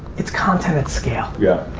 it's content at scale. yeah